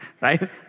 right